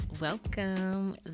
welcome